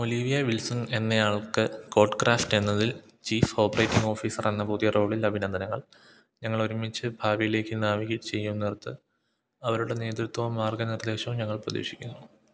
Olivia Wilson എന്നയാൾക്ക് CodeCraft എന്നതിൽ chief operating officer എന്ന പുതിയ റോളിൽ അഭിനന്ദനങ്ങൾ ഞങ്ങളൊരുമിച്ച് ഭാവിയിലേക്ക് നാവിഗേറ്റ് അവരുടെ നേതൃത്വവും മാർഗനിർദേശവും ഞങ്ങൾ പ്രതീക്ഷിക്കുന്നു